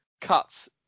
cuts